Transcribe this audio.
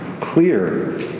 clear